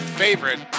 favorite